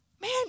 man